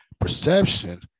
Perception